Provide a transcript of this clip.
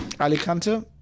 Alicante